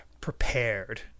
Prepared